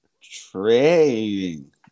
Trading